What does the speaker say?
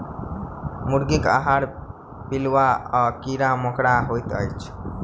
मुर्गीक आहार पिलुआ आ कीड़ा मकोड़ा होइत अछि